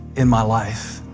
in my life?